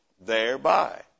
thereby